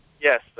Yes